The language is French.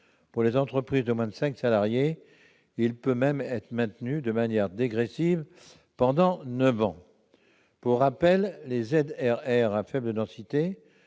Pour les entreprises de moins de cinq salariés, il peut même être maintenu de manière dégressive pendant neuf ans. Pour rappel, sont considérées